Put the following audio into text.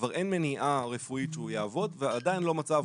כבר אין מניעה רפואית הוא יעבוד ועדיין לא מצא עבודה.